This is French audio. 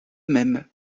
même